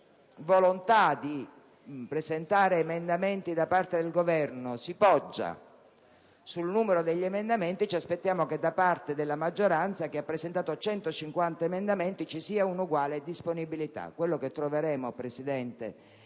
la volontà di presentare emendamenti da parte del Governo si poggia sul numero degli emendamenti, ci aspettiamo che da parte della maggioranza, che ha presentato 150 emendamenti, ci sia un'uguale disponibilità. Signor Presidente,